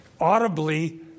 audibly